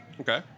Okay